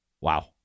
Wow